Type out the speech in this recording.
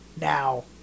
Now